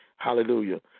hallelujah